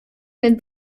wenn